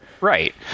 Right